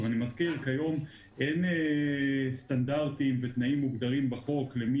אני מזכיר שכיום אין סטנדרטים ותנאים מוגדרים בחוק מי